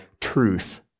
truth